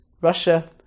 Russia